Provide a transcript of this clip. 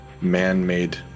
man-made